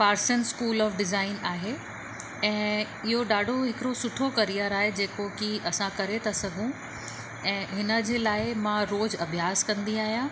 person school of design आहे ऐं इहो ॾाढो हिकिड़ो सुठो करियर आहे जेको कि असां करे था सघूं ऐं हिन जे लाइ मां रोज़ु अभ्यास कंदी आहियां